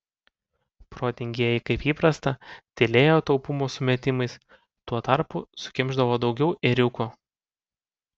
protingieji kaip įprasta tylėjo taupumo sumetimais tuo tarpu sukimšdavo daugiau ėriuko